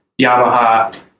Yamaha